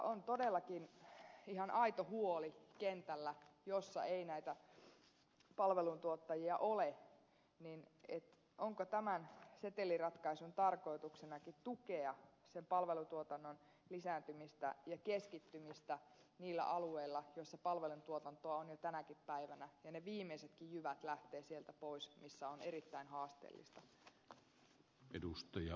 on todellakin ihan aito huoli kentällä jossa ei näitä palveluntuottajia ole että tämän seteliratkaisun tarkoituksena onkin tukea palveluntuotannon lisääntymistä ja keskittymistä niillä alueilla joissa palveluntuotantoa on jo tänäkin päivänä ja ne viimeisetkin jyvät lähtevät pois sieltä missä on erittäin haasteellista